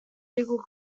legal